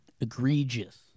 Egregious